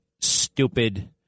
stupid